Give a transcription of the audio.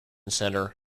centre